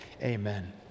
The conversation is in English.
Amen